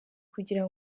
kugira